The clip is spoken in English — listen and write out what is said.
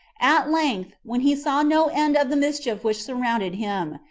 at length, when he saw no end of the mischief which surrounded him,